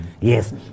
Yes